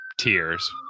tears